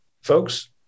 Folks